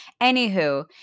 Anywho